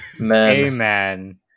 amen